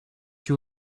you